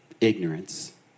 ignorance